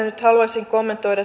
nyt kommentoida